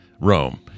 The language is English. rome